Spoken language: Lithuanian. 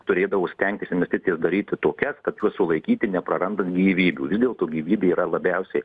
turėdavo stengtis investicijas daryti tokias kad sulaikyti neprarandant gyvybių vis dėlto gyvybė yra labiausiai